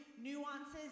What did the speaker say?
nuances